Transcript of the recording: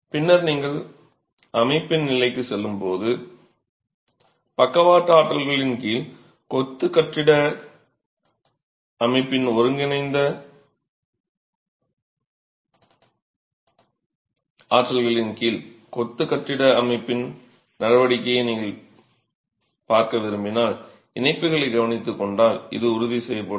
பின்னர் நீங்கள் அமைப்பு நிலைக்கு செல்லும்போது பக்கவாட்டு ஆற்றல்களின் கீழ் கொத்து கட்டிட அமைப்பின் ஒருங்கிணைந்த நடவடிக்கையை நீங்கள் விரும்பினால் இணைப்புகளை கவனித்துக்கொண்டால் இது உறுதிசெய்யப்படும்